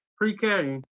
Pre-K